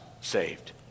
saved